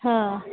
हा